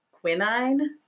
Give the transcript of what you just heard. Quinine